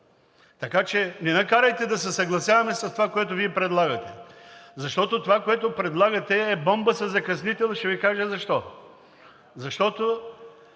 така че не ни карайте да се съгласяваме с това, което Вие предлагате, защото това, което предлагате, е бомба със закъснител и ще Ви кажа защо. Защото